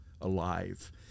alive